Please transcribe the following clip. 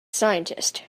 scientist